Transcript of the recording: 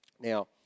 Now